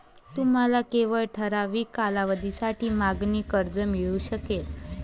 तुम्हाला केवळ ठराविक कालावधीसाठी मागणी कर्ज मिळू शकेल